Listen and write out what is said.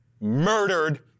murdered